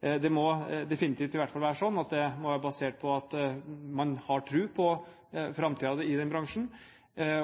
Det må definitivt i hvert fall være slik at det må være basert på at en har tro på framtiden i den bransjen –